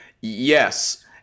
yes